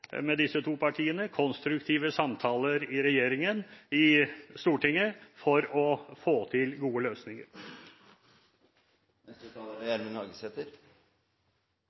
med disse to partiene – konstruktive samtaler i Stortinget for å få til gode løsninger. Dagen i dag er